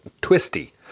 twisty